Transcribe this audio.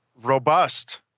robust